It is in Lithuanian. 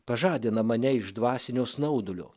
pažadina mane iš dvasinio snaudulio